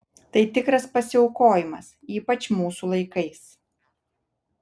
tai tikras pasiaukojimas ypač mūsų laikais